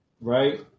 Right